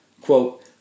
Quote